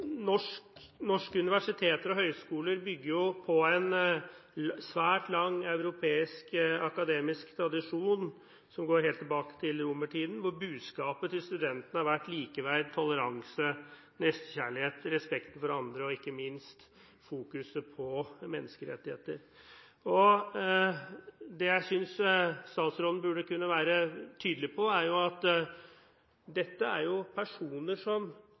Norske universiteter og høyskoler bygger på en svært lang europeisk akademisk tradisjon som går helt tilbake til romertiden, hvor budskapet til studentene har vært likeverd, toleranse, nestekjærlighet, respekt for andre og ikke minst fokus på menneskerettigheter. Det jeg synes statsråden burde kunne være tydelig på, er at dette er personer som